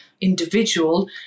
individual